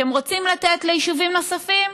אתם רוצים לתת ליישובים נוספים?